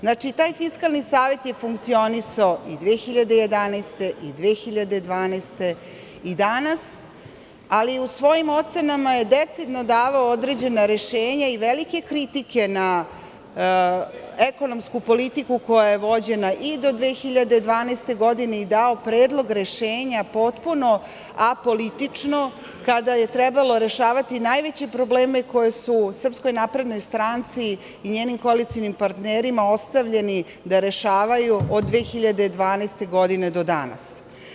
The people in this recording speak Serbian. Znači, taj Fiskalni savet je funkcionisao i 2011. i 2012. godine i danas, ali u svojim ocenama je decidno davao određena rešenja i velike kritike na ekonomsku politiku koja je vođena i do 2012. godine i dao predlog rešenja potpuno apolitično kada je trebalo rešavati najveće probleme koje su SNS i njenim koalicionim partnerima ostavljeni da rešavaju od 2012. godine do danas.